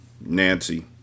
Nancy